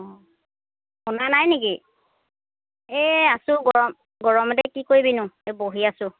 অঁ শুনা নাই নেকি এই আছো গৰম গৰমতে কি কৰিবিনো এই বহি আছো